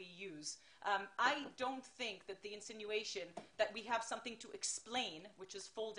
של דבר אי אפשר יהיה להגן על אף מיעוט ואף מדינה.